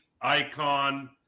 icon